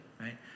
right